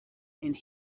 and